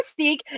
Mystique